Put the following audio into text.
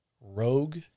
rogue